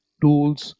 tools